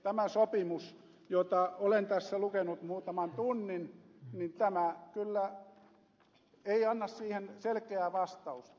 tämä sopimus jota olen tässä lukenut muutaman tunnin kyllä ei anna siihen selkeää vastausta